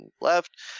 left